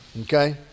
Okay